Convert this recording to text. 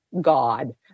God